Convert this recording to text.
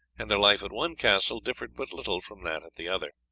and their life at one castle differed but little from that at the other.